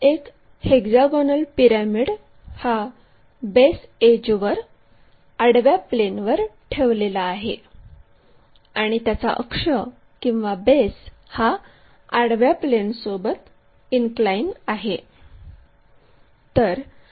एक hexagonal pyramid हा base एड्जवर आडव्या प्लेनवर ठेवलेला आहे आणि त्याचा अक्ष किंवा बेस हा आडव्या प्लेनसोबत इनक्लाइन आहे